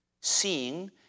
Seeing